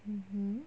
mmhmm